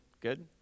good